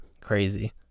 crazy